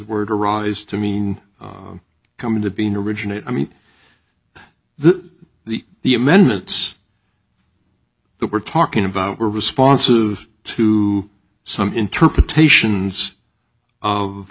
word arise to mean come into being originate i mean the the the amendments that we're talking about are responsive to some interpretations of